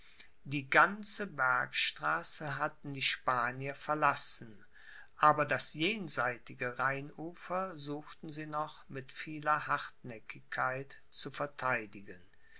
die ganze bergstraße hatten die spanier verlassen aber das jenseitige rheinufer suchten sie noch mit vieler hartnäckigkeit zu vertheidigen